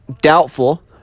doubtful